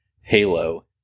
halo